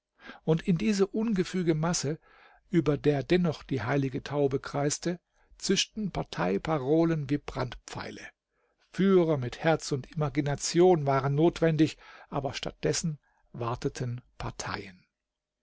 und in diese ungefüge masse über der dennoch die heilige taube kreiste zischten parteiparolen wie brandpfeile führer mit herz und imagination waren notwendig aber statt dessen warteten parteien